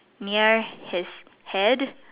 near his head